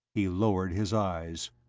he lowered his eyes.